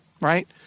right